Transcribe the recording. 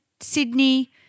Sydney